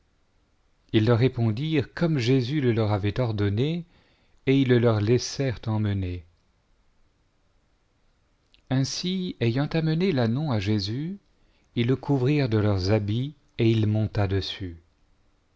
ils leur répondirent comme jésus le leur avait ordonné et ils le leur laissèrent emmener ainsi ayant amené l'ânon à jésus ils le couvrirent de leurs habits et il monta dessus